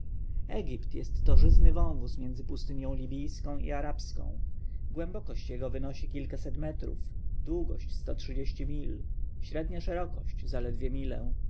egipt jest to żyzny wąwóz między pustynią libijską i arabską głębokość jego wynosi kilkaset metrów długość sto trzydzieści mil średnia szerokość zaledwo milę